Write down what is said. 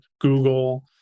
Google